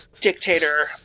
dictator